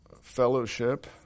fellowship